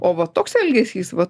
o va toks elgesys va